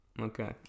okay